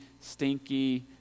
stinky